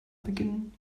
beginnen